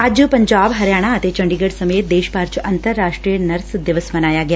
ਅੱਜ ਪੰਜਾਬ ਹਰਿਆਣਾ ਅਤੇ ਚੰਡੀਗੜ ਸਮੇਤ ਦੇਸ਼ ਭਰ ਚ ਅੰਤਰ ਰਾਸ਼ਟਰੀ ਨਰਸ ਦਿਵਸ ਮਨਾਇਆ ਗਿਆ